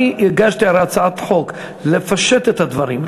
אני הגשתי, הרי, הצעת חוק לפשט את הדברים.